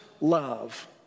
love